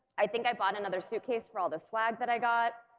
i think i bought another suitcase for all the swag that i got,